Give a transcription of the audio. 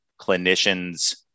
clinicians